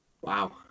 Wow